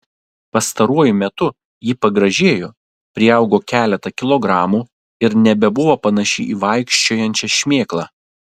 pastaruoju metu ji pagražėjo priaugo keletą kilogramų ir nebebuvo panaši į vaikščiojančią šmėklą